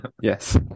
Yes